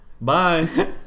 Bye